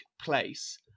place